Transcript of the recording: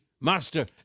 master